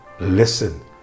Listen